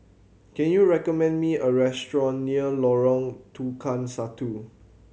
can you recommend me a restaurant near Lorong Tukang Satu